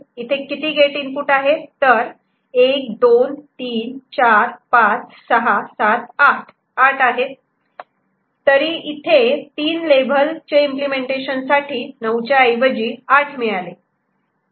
इथे किती gate input आहेत तर 1 2 3 4 5 6 7 8 आहेत तरी इथे 3 लेव्हल चे इम्पलेमेंटेशन साठी नऊच्या ऐवजी 8 मिळाले